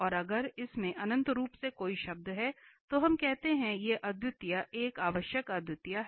और अगर इसमें अनंत रूप से कई शब्द हैं तो हम कहते हैं कि यह अद्वितीयता एक आवश्यक अद्वितीयता है